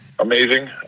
Amazing